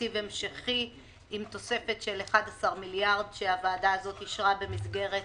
תקציב המשכי עם תוספת של 11 מיליארד שקל שהוועדה הזאת אישרה במסגרת